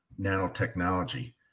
nanotechnology